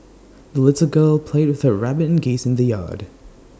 the little girl played with her rabbit and geese in the yard